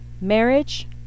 marriage